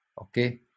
Okay